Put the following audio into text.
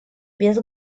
без